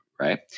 right